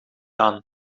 aan